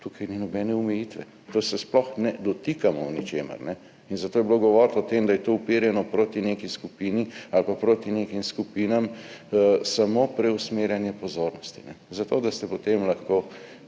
Tukaj ni nobene omejitve. Tega se sploh ne dotikamo v ničemer. Zato je bilo govoriti o tem, da je to uperjeno proti neki skupini ali pa proti nekim skupinam, samo preusmerjanje pozornosti, zato da ste potem lahko